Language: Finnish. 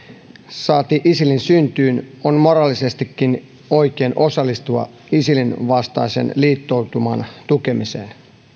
saati isilin syntyyn on moraalisestikin oikein osallistua isilin vastaisen liittoutuman tukemiseen